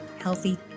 healthy